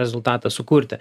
rezultatą sukurti